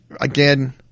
again